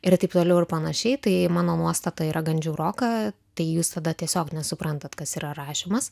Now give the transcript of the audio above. ir taip toliau ir panašiai tai mano nuostata yra gan žiauroka tai jūs tada tiesiog nesuprantat kas yra rašymas